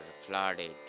flooded